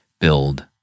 build